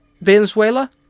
Venezuela